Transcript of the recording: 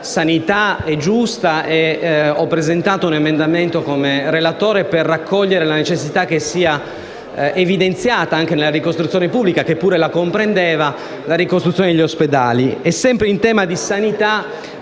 sanità è giusta e ho presentato un emendamento come relatore per cogliere la necessità che venga evidenziata, anche nella ricostruzione pubblica, che pure la comprendeva, la ricostruzione degli ospedali. Sempre in tema di sanità,